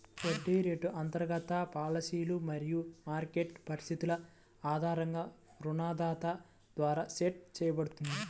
వడ్డీ రేటు అంతర్గత పాలసీలు మరియు మార్కెట్ పరిస్థితుల ఆధారంగా రుణదాత ద్వారా సెట్ చేయబడుతుంది